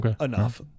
enough